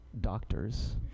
doctors